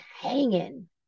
hanging